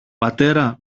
πατέρα